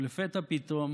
ולפתע פתאום